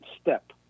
step